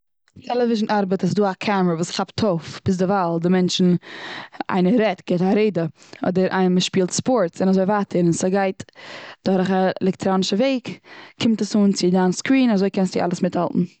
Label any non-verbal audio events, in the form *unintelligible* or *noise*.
טעלעוויזשאן ארבעט ס'איז דא א קאמארע וואס כאפט אויף ביזדערווייל די מענטשן, איינער רעדט, גיבט א רעדע, אדער *unintelligible* מ'שפילט ספארטס, און אזוי ווייטער. און ס'גייט דורך א עלעקטראנישע וועג, קומט עס אן צו דיין סקרין און אזוי קענסטו אלעס מיט האלטן.